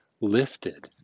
lifted